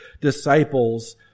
disciples